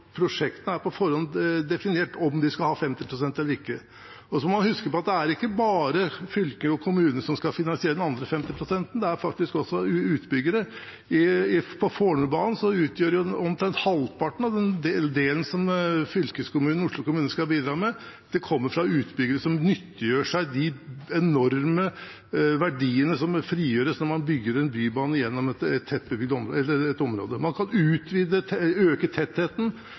prosjektene skal ha 50 pst. eller ikke. Så må man huske på at det ikke er bare fylker og kommuner som skal finansiere den andre 50-prosenten, det er faktisk også utbyggere. For Fornebubanen kommer omtrent halvparten av den delen som fylkeskommunen og Oslo kommune skal bidra med, fra utbyggere som nyttiggjør seg de enorme verdiene som frigjøres når man bygger en bybane gjennom et område. Man kan øke tettheten.